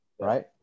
Right